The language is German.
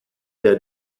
der